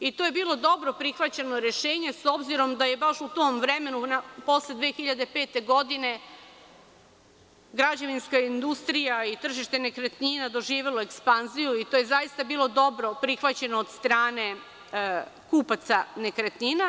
To je bilo dobro prihvaćeno rešenje, s obzirom da je baš u tom vremenu, posle 2005. godine, građevinska industrija i tržište nekretnina doživelo ekspanziju, i to je zaista bilo dobro prihvaćeno od strane kupaca nekretnina.